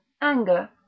anger